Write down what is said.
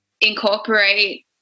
incorporate